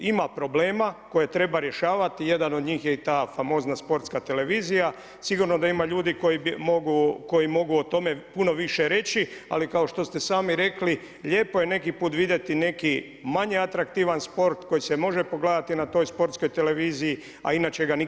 Ima problema koje treba rješavat, jedan od njih je i ta famozna Sportska televizija, sigurno da ima ljudi koji mogu o tome puno više reći ali kao što ste sami rekli, lijepo je neki put vidjeti neki manje atraktivan sport koji se može pogledati na toj Sportskoj televiziji a inače ga nikad ne bismo mogli vidjeti.